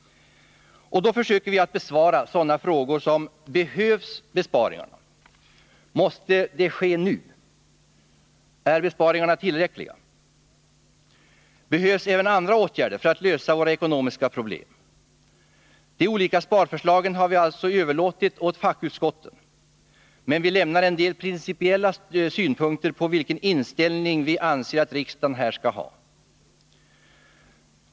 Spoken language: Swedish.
Då försöker vi besvara sådana frågor som: Behövs besparingarna? Måste de ske nu? Är besparingarna tillräckliga? Behövs även andra åtgärder för att lösa våra ekonomiska problem? De olika sparförslagen har vi alltså överlåtit åt fackutskotten, men vi anför en del principiella synpunkter på vilken inställning vi anser att riksdagen här skall ha.